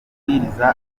mabwiriza